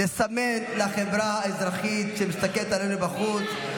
לסמן לחברה האזרחית, שמסתכלת עלינו בחוץ.